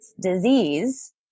disease